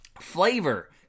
Flavor